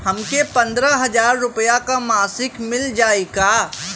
हमके पन्द्रह हजार रूपया क मासिक मिल जाई का?